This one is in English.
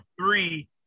three